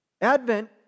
Advent